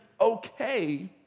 okay